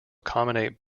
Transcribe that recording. accommodate